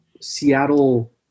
seattle